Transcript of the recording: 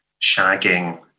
shagging